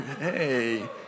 hey